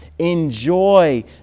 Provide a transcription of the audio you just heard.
Enjoy